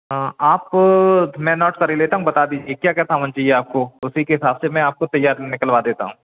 हाँ आप मैं नोट कर ही लेता हूँ बता दीजिए क्या क्या सामान चाहिए आपको उसी के हिसाब से मैं आपको तैयार निकलवा देता हूँ